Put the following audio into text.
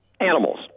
Animals